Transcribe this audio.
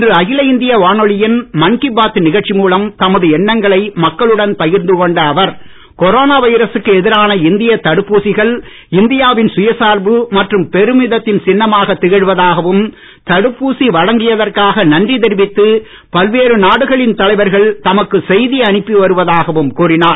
இன்று அகில இந்திய வானொலியின் மன் கி பாத் நிகழ்ச்சி மூலம் தமது எண்ணங்களை மக்களுடன் பகிர்ந்து கொண்ட அவர் கொரோனா வைரசுக்கு எதிரான இந்தியத் தடுப்பூசிகள் இந்தியாவின் சுயசார்பு மற்றும் பெருமிதத்தின் சின்னமாக திகழ்வதாகவும் தடுப்பூசி வழங்கியதற்காக நன்றி தெரிவித்து பல்வேறு நாடுகளின் தலைவர்கள் தமக்கு செய்தி அனுப்பி வருவதாகவும் கூறினார்